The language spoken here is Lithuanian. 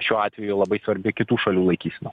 šiuo atveju labai svarbi kitų šalių laikysena